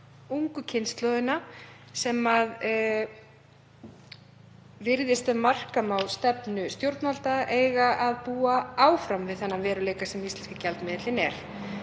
ungu kynslóðina, sem virðist, ef marka má stefnu stjórnvalda, eiga að búa áfram við þann veruleika sem íslenski gjaldmiðillinn er.